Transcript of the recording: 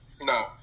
No